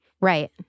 Right